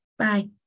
Bye